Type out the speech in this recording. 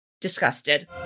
disgusted